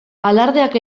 alardeak